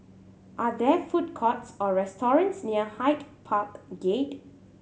are there food courts or restaurants near Hyde Park Gate